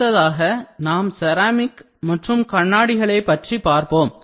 அடுத்ததாக நாம் செராமிக் மற்றும் கண்ணாடிகளை பற்றி பார்ப்போம்